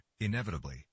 inevitably